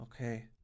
Okay